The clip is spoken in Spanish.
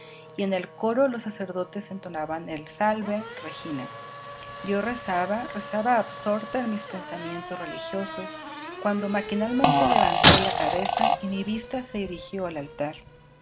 y en el coro los sacerdotes entonaban el salve regina yo rezaba rezaba absorta en mis pensamientos religiosos cuando maquinalmente levanté la cabeza y mi vista se dirigió al altar